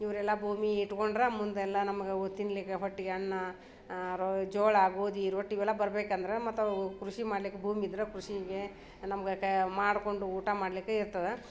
ಇವರೆಲ್ಲ ಭೂಮಿ ಇಟ್ಕೊಂಡ್ರೆ ಮುಂದೆಲ್ಲ ನಮ್ಗೆ ಅವು ತಿನ್ನಲಿಕ್ಕೆ ಹೊಟ್ಟೆಗೆ ಅನ್ನ ರೋ ಜೋಳ ಗೋಧಿ ರೊಟ್ಟಿ ಇವೆಲ್ಲ ಬರ್ಬೇಕು ಅಂದರೆ ಮತ್ತು ಅವು ಕೃಷಿ ಮಾಡ್ಲಿಕ್ಕೆ ಭೂಮಿ ಇದ್ರೆ ಕೃಷಿಗೆ ನಮ್ಗೆ ಕಾ ಮಾಡ್ಕೊಂಡು ಊಟ ಮಾಡಲಿಕ್ಕೆ ಇರ್ತದೆ